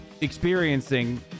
experiencing